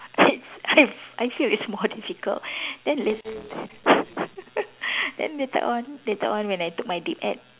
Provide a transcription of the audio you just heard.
it's it's I feel it's more difficult then later then later on later on when I took my DipEd